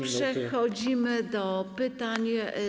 Przechodzimy do pytań.